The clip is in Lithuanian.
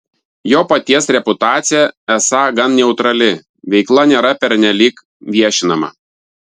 jo paties reputacija esą gan neutrali veikla nėra pernelyg viešinama